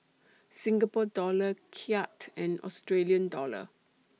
Singapore Dollar Kyat and Australian Dollar